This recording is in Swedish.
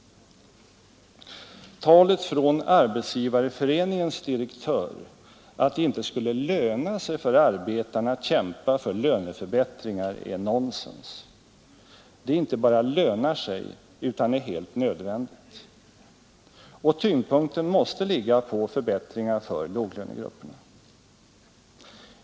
Talet från Arbetsgivareföreningens direktör att det inte skulle löna sig för arbetarna att kämpa för löneförbättringar är nonsens. Det inte bara lönar sig utan är helt nödvändigt. Och tyngdpunkten måste ligga på förbättringar för låglönegrupperna.